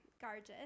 gorgeous